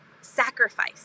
sacrifice